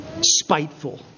spiteful